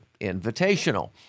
Invitational